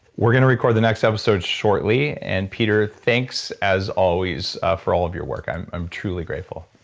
we're going to record the next episode shortly. and peter, thanks as always for all of your work. i'm i'm truly grateful